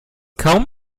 kaum